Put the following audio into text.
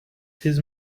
his